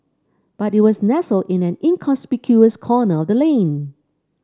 but it was nestled in an inconspicuous corner of the lane